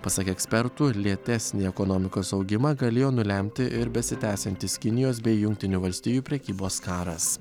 pasak ekspertų lėtesnį ekonomikos augimą galėjo nulemti ir besitęsiantis kinijos bei jungtinių valstijų prekybos karas